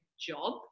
job